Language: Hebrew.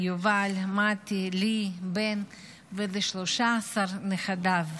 יובל, מתי, לי, בן ול-13 נכדיו.